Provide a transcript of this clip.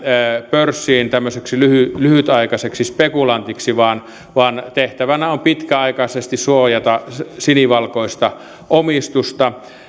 pörssiin tämmöiseksi lyhytaikaiseksi spekulantiksi vaan vaan tehtävänä on pitkäaikaisesti suojata sinivalkoista omistusta